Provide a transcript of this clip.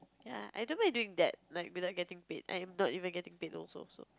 ya I don't remember doing that like being getting paid I am not even getting paid also so